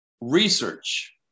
research